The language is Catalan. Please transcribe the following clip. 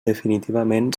definitivament